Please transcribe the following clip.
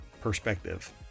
perspective